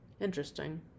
Interesting